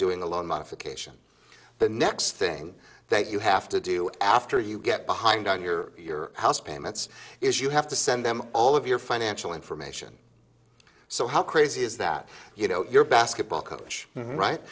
doing a loan modification the next thing that you have to do after you get behind on your house payments is you have to send them all of your financial information so how crazy is that you know your basketball coach right